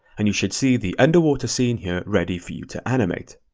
and you should see the underwater scene here ready for you to animate.